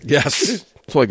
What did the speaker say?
Yes